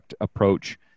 approach